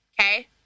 okay